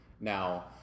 Now